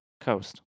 coast